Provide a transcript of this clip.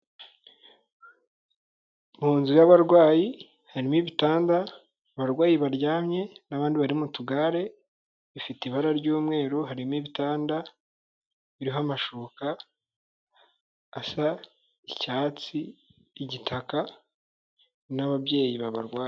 Mu nzu y'abarwayi harimo ibitanda, abarwayi baryamye n'abandi bari mu tugare, bifite ibara ry'umweru harimo ibitanda biriho amashuka asa icyatsi, igitaka n'ababyeyi babarwaje.